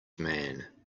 man